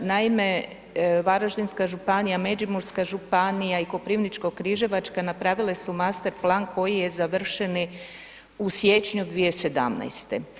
Naime, Varaždinska županija, Međimurska županija i Koprivničko-križevačka napravile su master plan koji je završen u siječnju 2017.